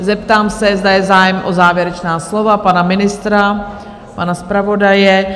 Zeptám se, zda je zájem o závěrečná slova, pana ministra, pana zpravodaje?